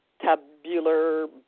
tabular